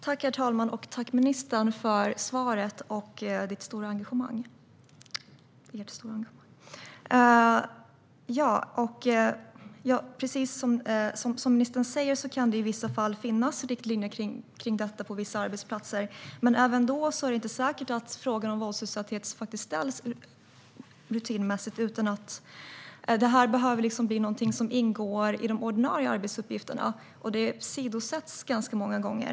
Herr talman! Tack för svaret och för ditt stora engagemang, ministern! Det kan, precis som ministern säger, i vissa fall finnas riktlinjer för detta på vissa arbetsplatser. Men inte ens då är det säkert att frågan om våldsutsatthet ställs rutinmässigt. Det behöver ingå i de ordinarie arbetsuppgifterna. Det åsidosätts många gånger.